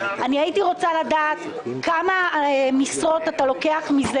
אני הייתי רוצה לדעת כמה משרות אתה לוקח מזה